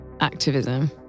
Activism